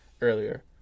earlier